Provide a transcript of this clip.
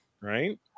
Right